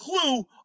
clue